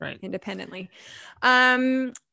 independently